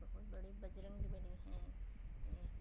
बहुत बड़े बजरंगबली हैं ये